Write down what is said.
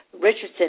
Richardson